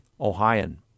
Ohioan